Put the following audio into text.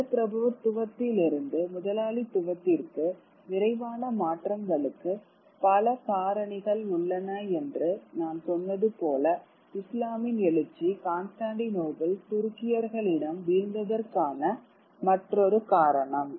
நிலப்பிரபுத்துவத்திலிருந்து முதலாளித்துவத்திற்கு விரைவான மாற்றங்களுக்கு பல காரணிகள் உள்ளன என்று நான் சொன்னது போல இஸ்லாமின் எழுச்சி கான்ஸ்டான்டினோப்பிள் துருக்கியர்களிடம் வீழ்ந்ததற்கான மற்றொரு காரணம்